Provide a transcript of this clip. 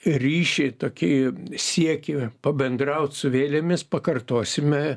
ryšį tokį siekį pabendraut su vėlėmis pakartosime